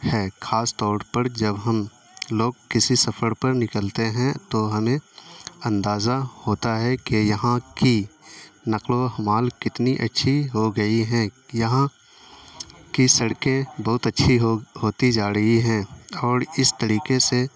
ہے خاص طور پر جب ہم لوگ کسی سفر پر نکلتے ہیں تو ہمیں اندازہ ہوتا ہے کہ یہاں کی نقل و حمال کتنی اچّھی ہو گئی ہیں یہاں کی سڑکیں بہت اچّھی ہو ہوتی جا رہی ہیں اور اس طریقے سے